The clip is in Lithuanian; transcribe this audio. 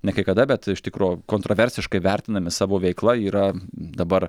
ne kai kada bet iš tikro kontroversiškai vertinami savo veikla yra dabar